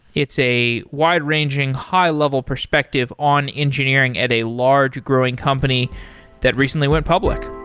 it's a wide-ranging high-level perspective on engineering at a large growing company that recently went public